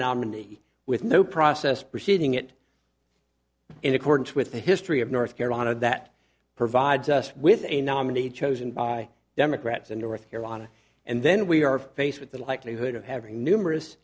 nominee with no process proceeding it in accordance with the history of north carolina that provides us with a nominee chosen by democrats in north carolina and then we are faced with the likelihood of having numerous